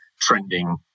trending